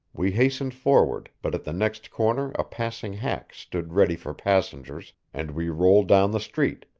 we hastened forward, but at the next corner a passing hack stood ready for passengers, and we rolled down the street,